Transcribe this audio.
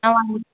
ஆமாங்க